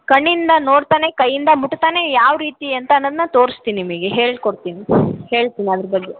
ಕಣ್ಣಿಂದ ನೋಡ್ತಲೇ ಕೈಯಿಂದ ಮುಟ್ತಲೇ ಯಾವ ರೀತಿ ಅಂತ ಅನ್ನೋದ್ನ ತೋರ್ಸ್ತೀನಿ ನಿಮಗೆ ಹೇಳ್ಕೊಡ್ತೀನಿ ಹೇಳ್ತೀನಿ ಅದ್ರ ಬಗ್ಗೆ